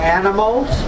animals